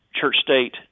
church-state